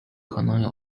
可能